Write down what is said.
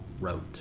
wrote